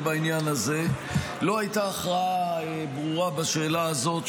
בעניין הזה לא הייתה הכרעה ברורה בשאלה הזאת,